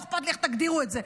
לא אכפת לי איך תגדירו את זה,